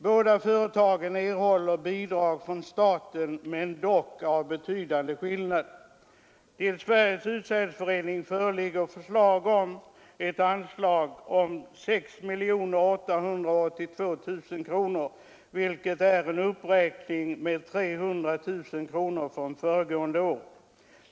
Båda företagen erhåller bidrag från staten, dock är skillnaden betydande. Till Sveriges utsädesförening föreligger förslag om ett anslag om 6 882 000 kronor, vilket är en uppräkning med 300 000 kronor från föregående år.